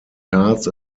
cards